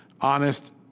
honest